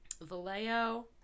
Vallejo